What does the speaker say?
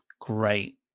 Great